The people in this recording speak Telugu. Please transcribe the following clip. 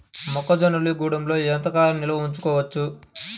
మొక్క జొన్నలు గూడంలో ఎంత కాలం నిల్వ చేసుకోవచ్చు?